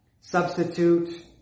Substitute